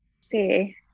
See